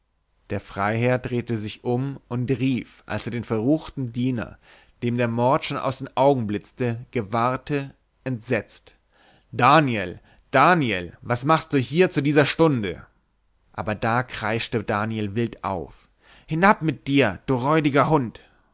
der freiherr drehte sich um und rief als er den verruchten diener dem der mord schon aus den augen blitzte gewahrte entsetzt daniel daniel was machst du hier zu dieser stunde aber da kreischte daniel wild auf hinab mit dir du räudiger hund